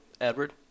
Edward